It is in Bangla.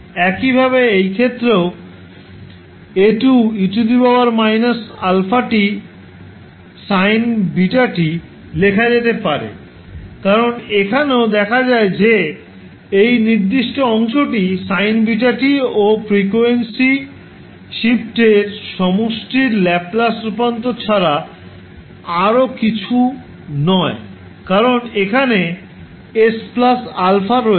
একইভাবে এই ক্ষেত্রেও 𝐴2𝑒−𝛼𝑡 sin βt লেখা যেতে পারে কারণ এখানেও দেখা যায় যে এই নির্দিষ্ট অংশটি sin βt ও ফ্রিকোয়েন্সির শিফট এর সমষ্টির ল্যাপ্লাস রূপান্তর ছাড়া আরও কিছু নয় কারণ এখানে 𝑠 𝛼 রয়েছে